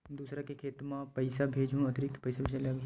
दूसरा के खाता म पईसा भेजहूँ अतिरिक्त पईसा लगही का?